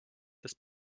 this